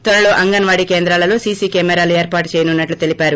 త్వరలో అంగన్నాడి కేంద్రాలలో సిసి కెమెరాలు ఏర్పాటు చేయనున్నట్లు తెలిపారు